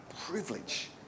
Privilege